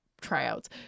tryouts